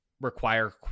require